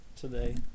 today